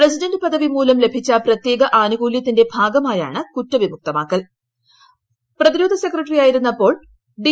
president പദവി കൂലം ലഭിച്ച പ്രത്യേക അനുകൂലൃത്തിന്റെ ഭാഗമാണ് കുറ്റവിമുക്തനാ സെക്രട്ടറിയായിരുന്നപ്പോൾ ഡി